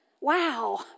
Wow